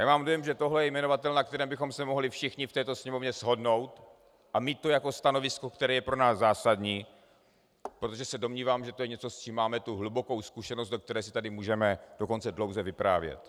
A mám dojem, že tohle je jmenovatel, na kterém bychom se mohli všichni v této Sněmovně shodnout a mít to jako stanovisko, které je pro nás zásadní, protože se domnívám, že to je něco, s čím máme hlubokou zkušenost, o které si tady můžeme dokonce dlouze vyprávět.